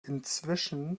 inzwischen